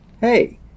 hey